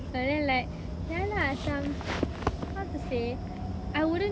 but then like ya lah macam how to say I wouldn't